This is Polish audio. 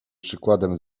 przykładem